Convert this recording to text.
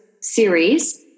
series